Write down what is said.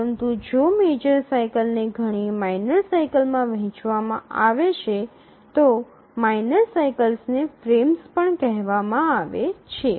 પરંતુ જો મેજર સાઇકલને ઘણી માઇનર સાઇકલમાં વહેંચવામાં આવે છે તો માઇનર સાઇકલને ફ્રેમ્સ પણ કહેવામાં આવે છે